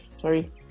sorry